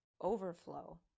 overflow